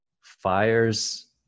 fires